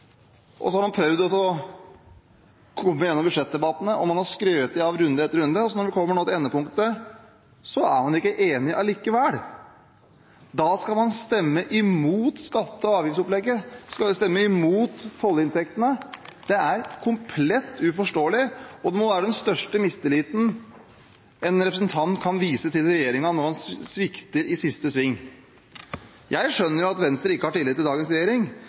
Så har man prøvd å komme gjennom budsjettdebattene, man har skrytt av runde etter runde, og når man nå kommer til endepunktet, er man ikke enige allikevel. Da skal man stemme imot skatte- og avgiftsopplegget. Man skal stemme imot tollinntektene. Det er komplett uforståelig. Det må være den største mistilliten en representant kan vise overfor regjeringen når man svikter i siste sving. Jeg skjønner at Venstre ikke har tillit til dagens regjering,